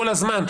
כל הזמן,